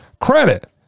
credit